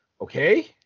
Okay